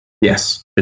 Yes